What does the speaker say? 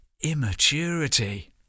immaturity